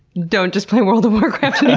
don't just play world of warcraft and